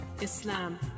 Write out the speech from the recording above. Islam